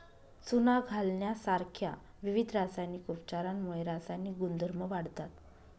चुना घालण्यासारख्या विविध रासायनिक उपचारांमुळे रासायनिक गुणधर्म वाढतात